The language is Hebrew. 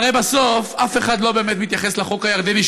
הרי בסוף אף אחד לא באמת מתייחס לחוק הירדני,